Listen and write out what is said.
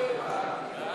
הצעת סיעת העבודה להביע